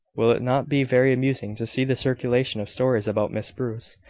will it not be very amusing to see the circulation of stories about miss bruce,